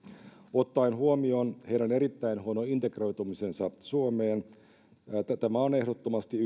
ottaen huomioon heidän erittäin huonon integroitumisensa suomeen tämä on ehdottomasti